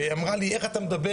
ואמרה לי: איך אתה מדבר?